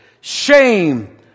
shame